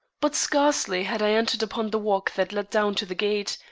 but scarcely had i entered upon the walk that led down to the gate,